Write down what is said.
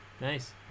Nice